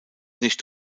nicht